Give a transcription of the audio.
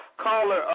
Caller